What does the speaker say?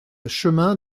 chemin